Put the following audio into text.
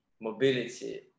mobility